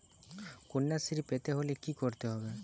কন্যাশ্রী পেতে হলে কি করতে হবে?